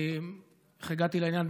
אני רוצה לתת גילוי נאות על איך הגעתי לעניין,